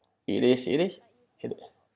it is it is hid~